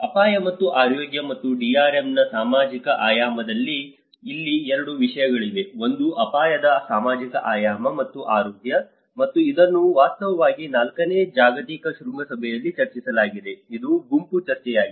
ಅಪಾಯ ಮತ್ತು ಆರೋಗ್ಯ ಮತ್ತು DRM ನ ಸಾಮಾಜಿಕ ಆಯಾಮದಲ್ಲಿ ಇಲ್ಲಿ 2 ವಿಷಯಗಳಿವೆ ಒಂದು ಅಪಾಯದ ಸಾಮಾಜಿಕ ಆಯಾಮ ಮತ್ತು ಆರೋಗ್ಯ ಮತ್ತು ಇದನ್ನು ವಾಸ್ತವವಾಗಿ ನಾಲ್ಕನೇ ಜಾಗತಿಕ ಶೃಂಗಸಭೆಯಲ್ಲಿ ಚರ್ಚಿಸಲಾಗಿದೆ ಇದು ಗುಂಪು ಚರ್ಚೆಯಾಗಿದೆ